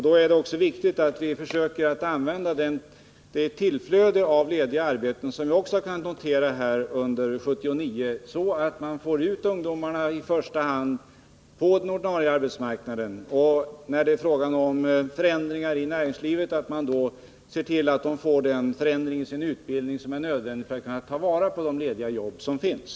Då är det också viktigt att vi försöker använda det tillflöde av lediga arbeten som har kunnat noteras Nr 54 under 1979 så, att vi får ut ungdomarna i första hand på den ordinarie Måndagen den arbetsmarknaden och, när det är fråga om förändringar i näringslivet, ser till; 17 december 1979 att de får den förändring av sin utbildning som är nödvändig för atttavarapå — de lediga jobb som finns.